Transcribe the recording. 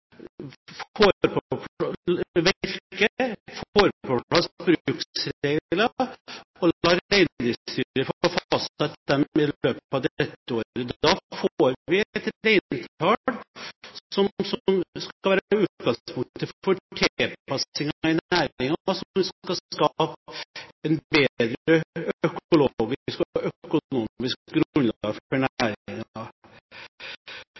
får på plass bruksregler, og at vi lar Reindriftsstyret få fastsette reintallene i løpet av dette året. Da får vi et reintall som skal være utgangspunktet for tilpasningen i næringen, og som skal skape et bedre økologisk og økonomisk grunnlag for